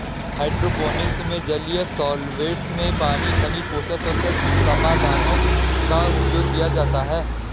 hydroponics में जलीय solvents में पानी खनिज पोषक तत्व समाधानों का उपयोग किया जाता है